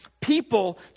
people